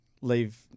leave